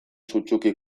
sutsuki